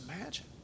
imagine